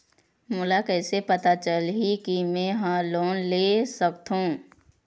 मोला कइसे पता चलही कि मैं ह लोन ले सकथों?